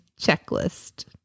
checklist